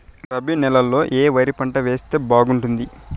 రబి నెలలో ఏ వరి పంట వేస్తే బాగుంటుంది